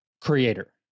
creator